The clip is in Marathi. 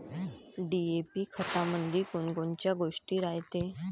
डी.ए.पी खतामंदी कोनकोनच्या गोष्टी रायते?